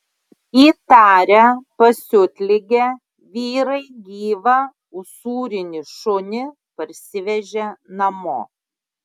įtarę pasiutligę vyrai gyvą usūrinį šunį parsivežė namo